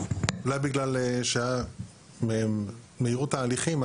אולי בגלל מהירות ההליכים,